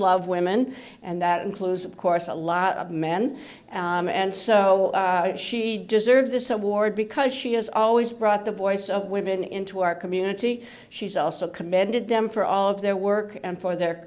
love women and that includes of course a lot of men and so she deserves this award because she has always brought the voice of women into our community she's also commended them for all of their work and for their